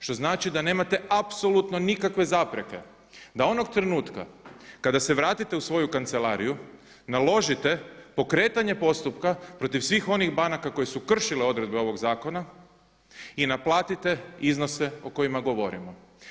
Što znači da nemate apsolutno nikakve zapreke da onog trenutka kada se vratite u svoju kancelariju naložite pokretanje postupka protiv svih onih banaka koje su kršile odredbe ovog zakona i naplatite iznose o kojima govorimo.